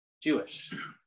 Jewish